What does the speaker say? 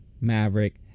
Maverick